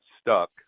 stuck